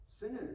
Sinners